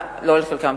לא על חלקן,